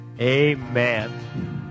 Amen